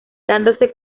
dándose